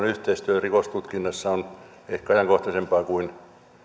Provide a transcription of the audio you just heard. yhteistyö rikostutkinnassa on ehkä ajankohtaisempaa kuin